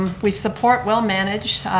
ah we support well-managed